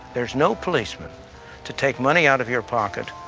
there's no policemen to take money out of your pocket,